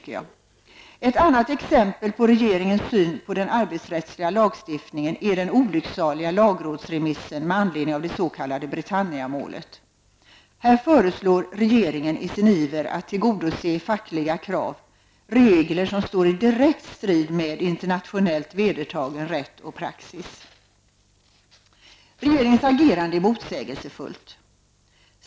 Ett annat exempel på regeringens syn på den arbetsrättsliga lagstiftningen är den olycksaliga lagrådsremissen med anledning av det s.k. Britanniamålet. Här föreslår regeringen i sin iver att tillgodose fackliga krav regler, som står i direkt strid med internationellt vedertagen rätt och praxis. Regeringens agerande är motsägelsefullt.